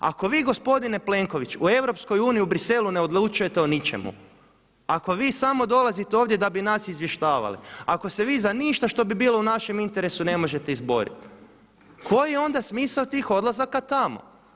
Ako vi gospodin Plenković u EU u Bruxellesu ne odlučujete o ničemu, ako vi samo dolazite ovdje da bi nas izvještavali, ako se vi za ništa što bi bilo u našem interesu ne možete izboriti koji je onda smisao tih odlazaka tamo?